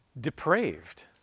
depraved